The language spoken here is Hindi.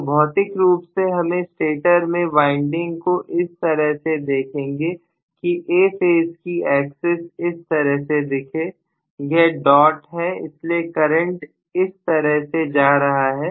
तो भौतिक रूप से हम स्टेटर में वाइंडिंग को इस तरह से रखेंगे कि A फेस की एक्सेस इस तरह से दिखे यह डॉट है इसलिए करंट इस तरह से जा रहा है